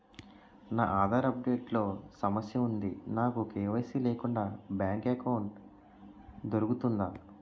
నా Aadhaar update లో సమస్య వుంది నాకు కే.వై.సీ లేకుండా బ్యాంక్ ఎకౌంట్దొ రుకుతుందా?